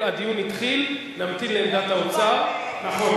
הדיון התחיל, נמתין לעמדת האוצר, נכון.